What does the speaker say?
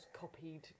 copied